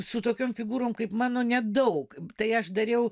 su tokiom figūrom kaip mano nedaug tai aš dariau